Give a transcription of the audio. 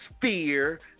fear